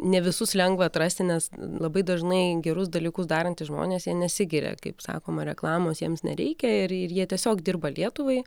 ne visus lengva atrasti nes labai dažnai gerus dalykus darantys žmonės jie nesigiria kaip sakoma reklamos jiems nereikia ir ir jie tiesiog dirba lietuvai